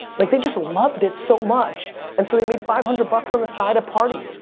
like they just loved it so much and so they made five hundred bucks on the side at parties.